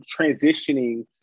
transitioning